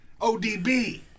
ODB